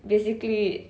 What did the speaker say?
basically